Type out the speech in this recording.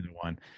one